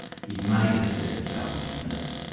it may disturb some listeners.